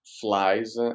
flies